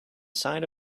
side